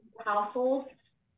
households